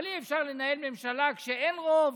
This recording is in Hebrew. אבל אי-אפשר לנהל ממשלה כשאין רוב